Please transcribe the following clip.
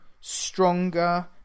stronger